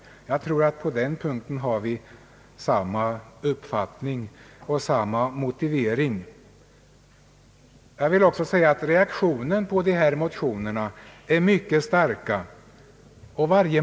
Jag tror att vi har samma uppfattning och samma motivering på den punkten. Jag vill också säga, att reaktionen på dessa motioner är mycket stark.